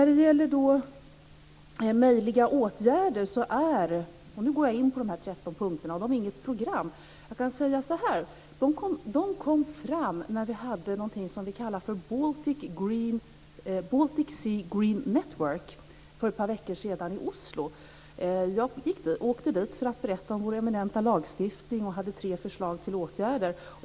Jag ska tala om de möjliga åtgärderna. De 13 punkterna är inget program. De kom fram när vi hade något som vi kallade för Baltic Sea Green Network för ett par veckor sedan i Oslo. Jag åkte dit för att berätta om vår eminenta lagstiftning, och jag hade tre förslag till åtgärder.